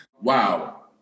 Wow